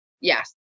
Yes